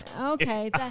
Okay